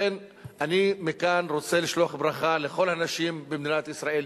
לכן אני מכאן רוצה לשלוח ברכה לכל הנשים במדינת ישראל,